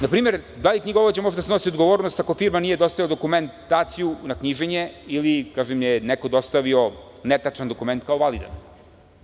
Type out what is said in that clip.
Na primer, da li knjigovođa može da snosi odgovornost ako firma nije dostavila dokumentaciju na knjiženje ili kad vam je neko dostavio netačan dokument kao validan.